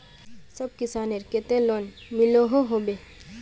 सब किसानेर केते लोन मिलोहो होबे?